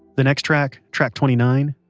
the next track, track twenty nine,